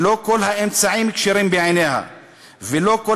שלא כל האמצעים כשרים בעיניה ולא כל